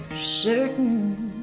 certain